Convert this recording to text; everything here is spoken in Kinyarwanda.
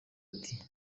ati